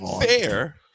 fair